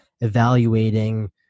evaluating